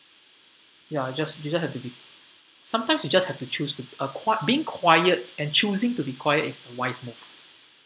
ya just you just have to be sometimes you just have to choose to b~ a qui~ being quiet and choosing to be quiet is the wise move